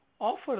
offer